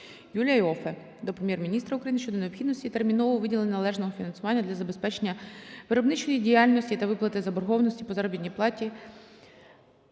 Юлія Іоффе до Прем'єр-міністра України щодо необхідності термінового виділення належного фінансування для забезпечення виробничої діяльності та виплати заборгованості по заробітній платі